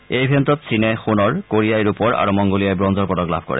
এই ইভেণ্টত চীনে সোণৰ কোৰিয়াই ৰূপৰ আৰু মঙ্গোলিয়াই ব্ৰঞ্জৰ পদক লাভ কৰে